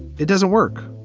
it doesn't work.